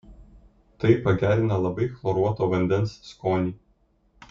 tai pagerina labai chloruoto vandens skonį